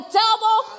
double